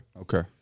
okay